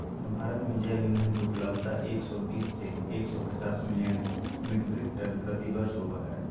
भारत में जैव ईंधन के उपलब्धता एक सौ बीस से एक सौ पचास मिलियन मिट्रिक टन प्रति वर्ष होबो हई